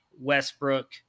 Westbrook